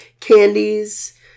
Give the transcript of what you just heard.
Candies